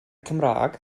cymraeg